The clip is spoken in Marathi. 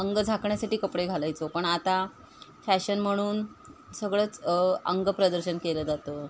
अंग झाकण्यासाठी कपडे घालायचो पण आता फॅशन म्हणून सगळंच अंग प्रदर्शन केलं जातं